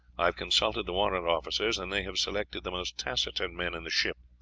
i have consulted the warrant officers, and they have selected the most taciturn men in the ship.